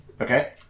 Okay